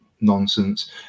nonsense